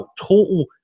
total